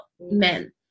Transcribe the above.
men